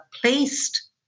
placed